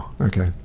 Okay